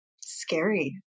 Scary